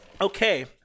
Okay